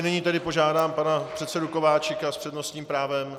Nyní tedy požádám pana předsedu Kováčika s přednostním právem.